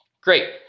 Great